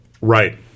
Right